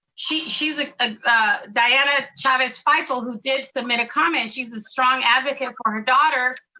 she's she's ah ah diana chavez fipel, who did submit a comment. she's a strong advocate for her daughter.